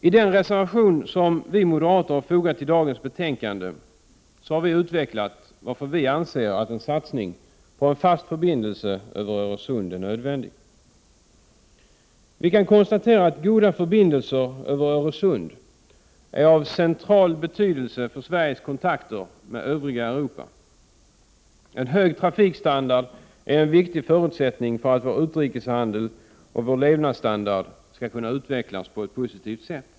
I den reservation som vi moderater har fogat till trafikutskottets betänkan de nr 3 har vi utvecklat varför vi anser att en satsning på en fast förbindelse Prot. 1988/89:35 över Öresund är nödvändig. Vi kan konstatera att goda förbindelser över 30 november 1988 Öresund är av central-betydelse för Sveriges kontakter med övriga Europa. Za de En hög trafikstandard är en viktig förutsättning för att vår utrikeshandel och vår levnadsstandard skall kunna utvecklas positivt.